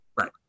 right